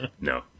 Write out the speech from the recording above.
No